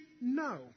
No